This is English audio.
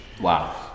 Wow